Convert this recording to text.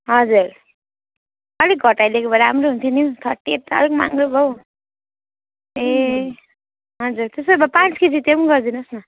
हजुर अलिक घटाई दिएको भए राम्रो हुन्थो नि हौ थर्टी एट त अलिक महँगो भयो ए हजुर त्यसो भए पाँच केजी त्यो गरिदिनु होस् न